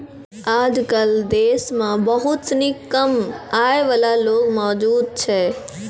आजकल देश म बहुत सिनी कम आय वाला लोग मौजूद छै